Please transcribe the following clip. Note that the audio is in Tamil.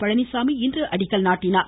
பழனிச்சாமி இன்று அடிக்கல் நாட்டினார்